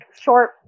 short